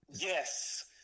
Yes